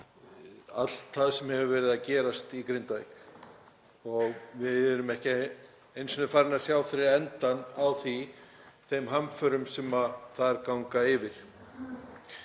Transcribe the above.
allt það sem hefur verið að gerast í Grindavík. Við erum ekki einu sinni farin að sjá fyrir endann á þeim hamförum sem þar ganga yfir.